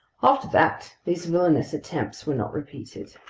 after that, these villainous attempts were not repeated.